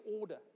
order